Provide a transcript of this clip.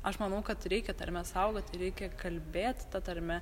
aš manau kad reikia tarmes saugot ir reikia kalbėt ta tarme